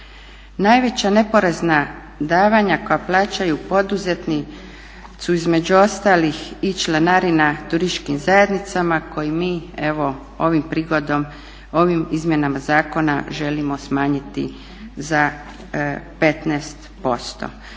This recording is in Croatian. Najveća neporezna davanja koja plaćaju poduzetnici su između ostalih i članarina turističkih zajednicama koje mi evo ovom prigodom ovim izmjenama Zakona želimo smanjiti za 15%.